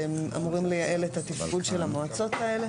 שהם אמורים לייעל את התפעול של המועצות האלה.